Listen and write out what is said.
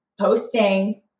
posting